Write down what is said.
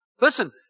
Listen